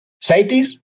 Safeties